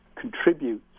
contributes